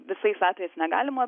visais atvejais negalima